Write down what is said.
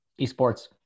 Esports